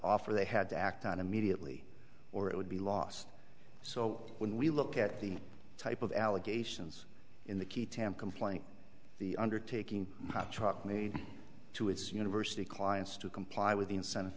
off or they had to act out immediately or it would be lost so when we look at the type of allegations in the key tam complaint the undertaking truck made to its university clients to comply with the incentive